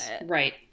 right